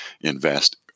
invest